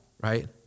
right